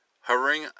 hovering